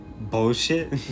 bullshit